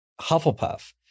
Hufflepuff